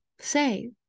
say